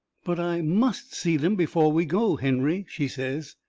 but i must see them before we go, henry, she says.